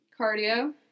Cardio